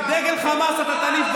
--- את דגל חמאס אתה תניף,